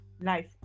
life